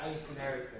scenario